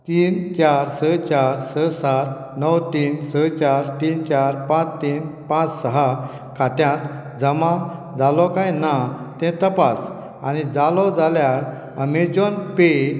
तीन चार स चार स सात णव तीन स चार तीन चार पांच तीन पांच स खात्यांत जमा जालो काय ना तें तपास आनी जालो जाल्यार अमेझॉन पे